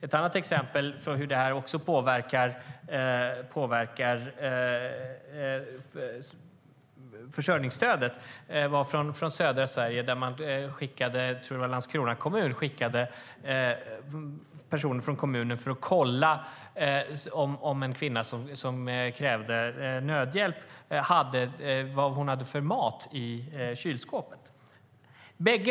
Ett annat exempel är från södra Sverige. Landskrona kommun skickade personal från kommunen som skulle kolla vad en kvinna som hade ansökt om nödhjälp hade för mat i kylskåpet.